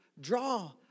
draw